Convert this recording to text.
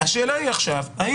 השאלה עכשיו היא